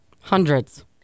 Hundreds